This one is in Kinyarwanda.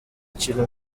kintu